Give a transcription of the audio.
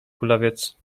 kulawiec